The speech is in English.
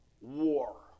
war